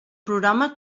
programa